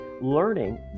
learning